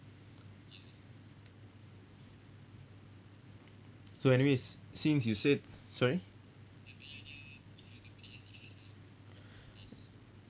so anyways since you said sorry